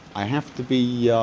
i have to be ah